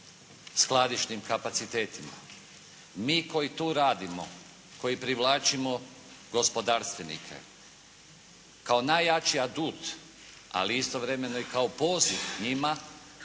skladišnim kapacitetima. Mi koji tu radimo, koji privlačimo gospodarstvenike kao najjači adut, ali istovremeno i kao … /Govornik